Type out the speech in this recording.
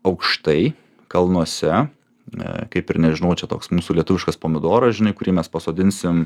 aukštai kalnuose ar ne kaip ir nežinau čia koks mūsų lietuviškas pomidoras žinai kurį mes pasodinsim